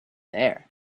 there